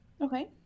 Okay